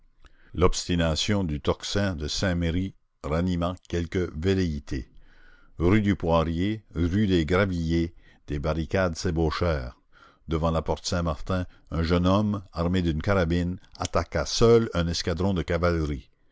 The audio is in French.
l'obstination du tocsin de saint-merry ranima quelques velléités rue du poirier rue des gravilliers des barricades s'ébauchèrent devant la porte saint-martin un jeune homme armé d'une carabine attaqua seul un escadron de cavalerie